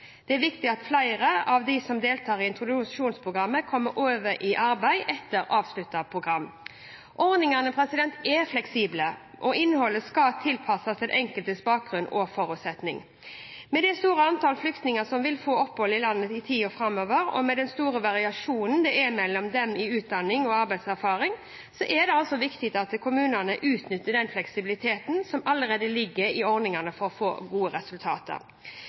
Det er viktig at flere av dem som deltar i introduksjonsprogrammet, kommer over i arbeid etter avsluttet program. Ordningene er fleksible, og innholdet skal tilpasses den enkeltes bakgrunn og forutsetning. Med det store antall flyktninger som vil få opphold i landet i tida framover, og med den store variasjonen det er mellom dem når det gjelder utdanning og arbeidserfaring, er det viktig at kommunene utnytter den fleksibiliteten som allerede ligger i ordningene, for å få gode resultater.